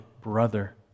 brother